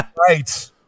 right